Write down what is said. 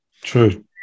True